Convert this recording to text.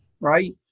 right